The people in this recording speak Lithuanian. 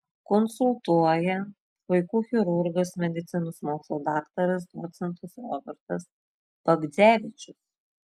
konsultuoja vaikų chirurgas medicinos mokslų daktaras docentas robertas bagdzevičius